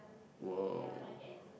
!wow!